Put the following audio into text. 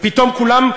פתאום כולם,